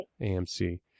AMC